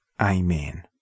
Amen